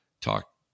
talk